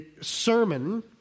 sermon